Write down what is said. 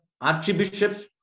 archbishops